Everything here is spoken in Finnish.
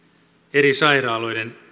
eri sairaaloiden